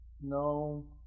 No